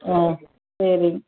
ம் சரிங்